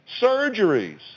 surgeries